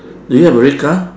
do you have a red car